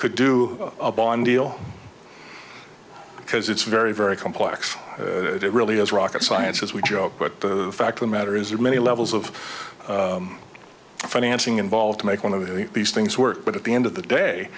could do a bond deal because it's very very complex it really is rocket science as we joke but the fact the matter is there many levels of financing involved to make one of these things work but at the end of the day